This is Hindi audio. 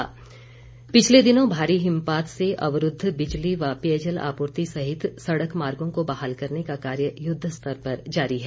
निर्देश पिछले दिनों भारी हिमपात से अवरूद्ध बिजली व पेयजल आपूर्ति सहित सड़क मार्गो को बहाल करने का कार्य युद्ध स्तर पर जारी है